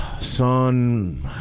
son